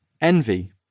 envy